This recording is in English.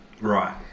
Right